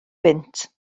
bunt